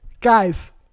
guys